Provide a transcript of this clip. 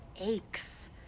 aches